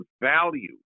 value